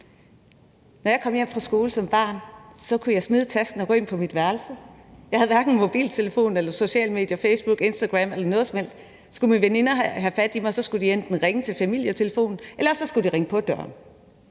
Når jeg kom hjem fra skole som barn, kunne jeg smide tasken og gå ind på mit værelse. Jeg havde hverken mobiltelefon eller sociale medier, Facebook, Instagram eller noget som helst. Skulle mine veninder have fat i mig, skulle de enten ringe til familietelefonen, eller også skulle de ringe på døren.